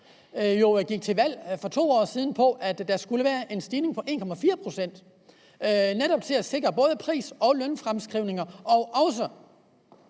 gik til valg på, at der skulle være en stigning på 1,4 pct. til netop at sikre både pris- og lønfremskrivninger og også